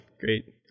great